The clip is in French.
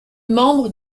membre